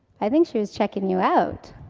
i think she was checking you out.